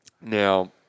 Now